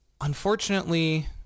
unfortunately